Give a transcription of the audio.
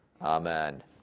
Amen